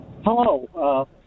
Hello